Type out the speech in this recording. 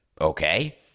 okay